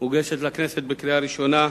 מוגשת לכנסת לקריאה ראשונה.